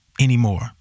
anymore